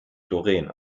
doreen